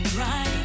right